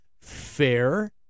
fair